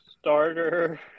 starter